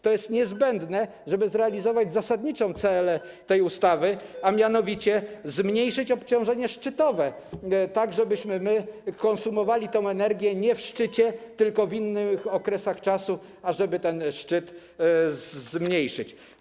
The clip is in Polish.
To jest niezbędne, żeby zrealizować zasadnicze cele tej ustawy, a mianowicie zmniejszyć obciążenie szczytowe, tak żebyśmy konsumowali tę energię nie w szczycie, tylko w innych przedziałach czasu, aby ten szczyt zmniejszyć.